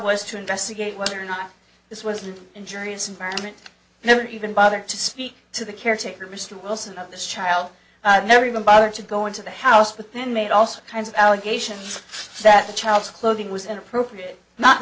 was to investigate whether or not this wasn't injuries environment never even bothered to speak to the caretaker mr wilson of this child never even bothered to go into the house but then made also kinds of allegations that the child's clothing was inappropriate not